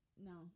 No